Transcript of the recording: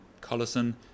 Collison